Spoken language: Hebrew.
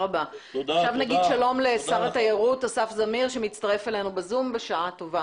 עכשיו נגיד שלום לשר התיירות אסף זמיר שבשעה טובה